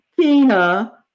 Tina